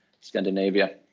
Scandinavia